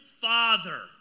Father